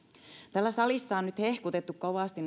täällä salissa on nyt hehkutettu kovasti